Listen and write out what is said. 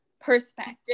perspective